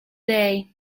day